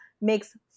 makes